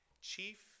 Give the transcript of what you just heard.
Chief